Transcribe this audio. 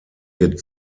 wird